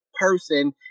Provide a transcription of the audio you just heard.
person